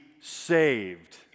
saved